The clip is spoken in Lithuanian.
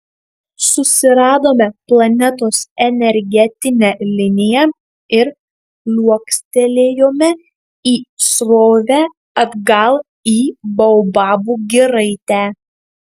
susiradome planetos energetinę liniją ir liuoktelėjome į srovę atgal į baobabų giraitę